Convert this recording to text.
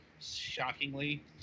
Shockingly